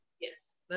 yes